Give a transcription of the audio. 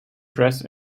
dressed